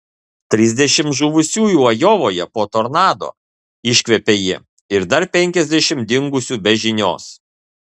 trisdešimt žuvusiųjų ajovoje po tornado iškvepia ji ir dar penkiasdešimt dingusių be žinios